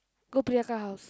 go Priya அக்கா:akkaa house